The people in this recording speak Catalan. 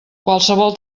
qualsevol